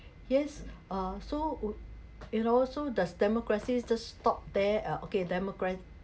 yes uh so would you know so does democracy just stop there uh okay democracy